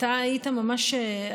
אתה היית יושב-ראש